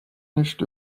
nicht